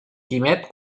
quimet